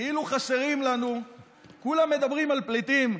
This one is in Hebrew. כולם מדברים על פליטים,